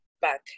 back